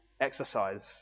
exercise